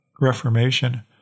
Reformation